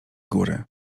góry